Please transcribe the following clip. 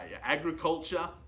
agriculture